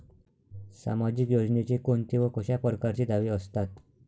सामाजिक योजनेचे कोंते व कशा परकारचे दावे असतात?